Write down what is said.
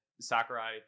Sakurai